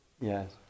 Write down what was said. Yes